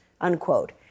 unquote